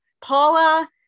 paula